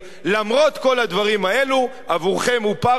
למרות כל הדברים האלה עבורכם הוא פרטנר,